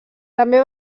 també